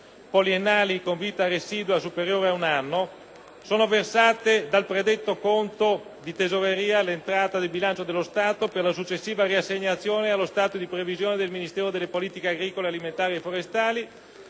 poliennali con vita residua superiore ad un anno, sono versate dal predetto conto di tesoreria all'entrata del bilancio dello Stato per la successiva riassegnazione allo stato di previsione del Ministero delle politiche agricole alimentari e forestali